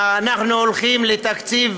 אנחנו הולכים לתקציב